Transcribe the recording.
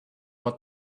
what